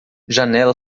janela